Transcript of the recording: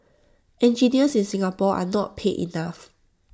engineers in Singapore are not paid enough